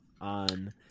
on